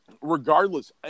Regardless